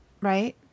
right